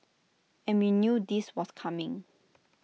and we knew this was coming